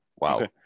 Wow